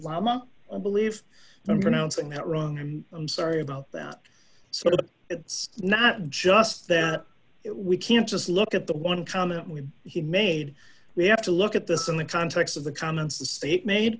us lama i believe i'm pronouncing that wrong i'm sorry about that sort of it's not just that we can't just look at the one comment we he made we have to look at this in the context of the comments the state made